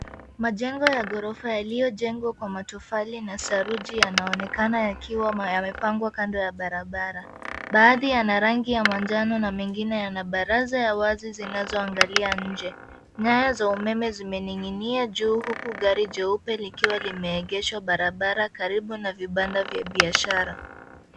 Majengo ya gorofa yaliyo jengwa kwa matofari na saruji yanaonekana yakiwa yamepangwa kando ya barabara. Baadhi yana rangi ya manjano na mengine yana baraza ya wazi zinazoangalia nje. Nyaya za umeme zimeninginia huku gari jeupe likiwa lime egeshwa barabara karibu na vibanda vya biashara.